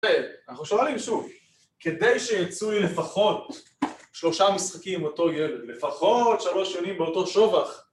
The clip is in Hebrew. אנחנו שואלים שוב, כדי שיצאו לי לפחות שלושה משחקים עם אותו ילד, לפחות שלוש יונים באותו שובך